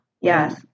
Yes